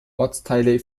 ortsteile